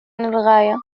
للغاية